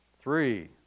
Three